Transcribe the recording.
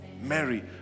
Mary